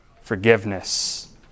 forgiveness